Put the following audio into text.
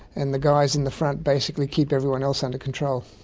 and the guys in the front basically keep everyone else under control.